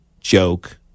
Joke